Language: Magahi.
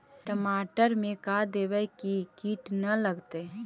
टमाटर में का देबै कि किट न लगतै?